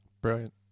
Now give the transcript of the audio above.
Brilliant